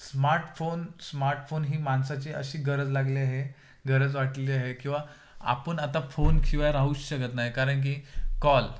smartphone smartphone ही माणसाची अशी गरज लागली आहे गरज वाटलेली आहे किंवा आपण आता फोन किंवा राहूच शकत नाही कारन की कॉल